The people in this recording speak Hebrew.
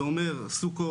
זה אומר: סוכות,